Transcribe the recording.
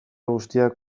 guztiak